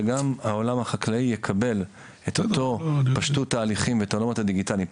שגם העולם החקלאי יקבל את אותו פשטות תהליכים ואת העולמות הדיגיטליים.